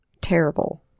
terrible